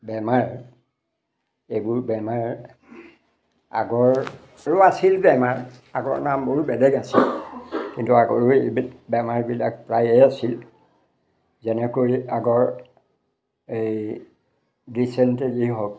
বেমাৰ এইবোৰ বেমাৰ আগৰো আছিল বেমাৰ আগৰ নামবোৰো বেলেগ আছিল কিন্তু আগৰো এইবিল বেমাৰবিলাক প্ৰায়ে আছিল যেনেকৈ আগৰ এই ডিচেট্ৰিজেই হওক